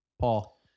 Paul